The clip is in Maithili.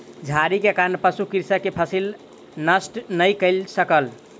झाड़ी के कारण पशु कृषक के फसिल नष्ट नै कय सकल